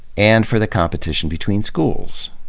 and for the competition between schools.